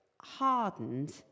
hardened